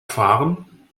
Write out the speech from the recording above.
fahren